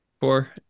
four